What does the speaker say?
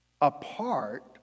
apart